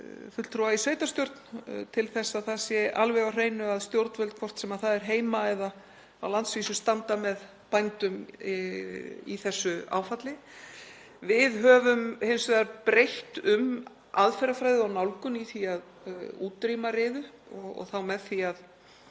fulltrúa í sveitarstjórn til að það sé alveg á hreinu að stjórnvöld, hvort sem það er heima eða á landsvísu, standa með bændum í þessu áfalli. Við höfum hins vegar breytt um aðferðafræði og nálgun í því að útrýma riðu og þá með því að